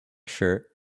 shirt